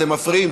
אתם מפריעים.